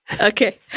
okay